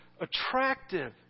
attractive